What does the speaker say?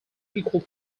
equal